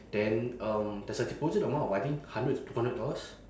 then um there's a deposit amount I think hundred to two hundred dollars